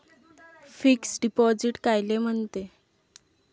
Fix deposit कायले म्हनते?